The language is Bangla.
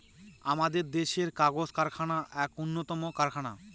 আমাদের দেশের কাগজ কারখানা এক উন্নতম কারখানা